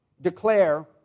declare